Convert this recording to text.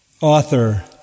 author